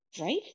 Right